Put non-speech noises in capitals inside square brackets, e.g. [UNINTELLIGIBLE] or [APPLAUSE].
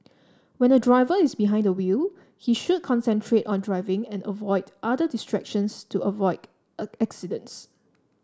when a driver is behind the wheel he should concentrate on driving and avoid other distractions to avoid [UNINTELLIGIBLE] accidents